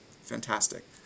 fantastic